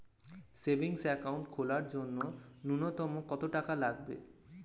Savings account খোলার জন্য নূন্যতম কত টাকা লাগবে?